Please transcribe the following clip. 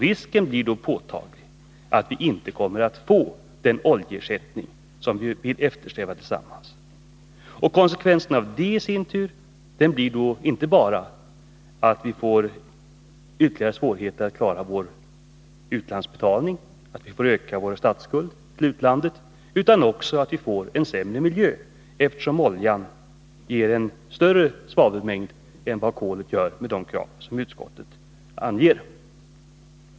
Risken blir då påtaglig att vi inte kommer att få den oljeersättning som vi ju gemensamt eftersträvar. Konsekvensen av det blir i sin tur inte bara att vi får ytterligare svårighet att klara våra utlandsbetalningar och att statsskulden därmed ökar utan också att vi får en sämre miljö, eftersom oljan ger en större svavelmängd än vad kolet gör med de krav som utskottet anger.